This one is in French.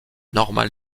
normale